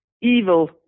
evil